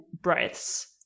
breaths